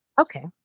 okay